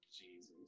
Jesus